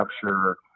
capture